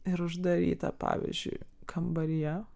ir uždaryta pavyzdžiui kambaryje